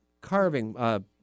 carving